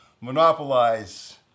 monopolize